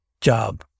job